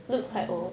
orh